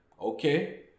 Okay